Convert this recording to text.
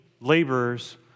laborers